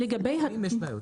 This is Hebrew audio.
מי שבחר.